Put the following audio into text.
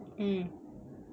mm